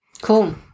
Cool